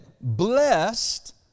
blessed